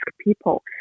people